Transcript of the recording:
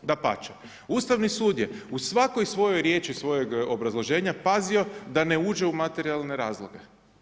Dapače, Ustavni sud je u svakoj svojoj riječi svojeg obrazloženja pazio da ne uđe u materijalne razloge.